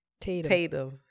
Tatum